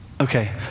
Okay